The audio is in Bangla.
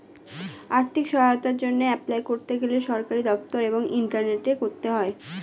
আর্থিক সহায়তার জন্যে এপলাই করতে গেলে সরকারি দপ্তর এবং ইন্টারনেটে করতে হয়